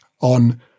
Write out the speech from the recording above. on